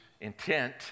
intent